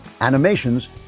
Animations